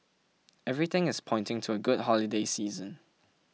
everything is pointing to a good holiday season